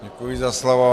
Děkuji za slovo.